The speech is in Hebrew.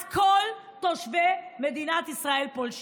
אז כל תושבי מדינת ישראל פולשים,